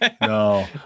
no